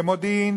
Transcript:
במודיעין